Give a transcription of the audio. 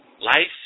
Life